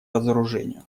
разоружению